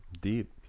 Deep